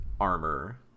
armor